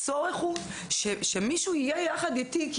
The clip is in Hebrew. הצורך הוא שמישהו יהיה יחד איתי.